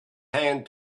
hand